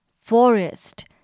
forest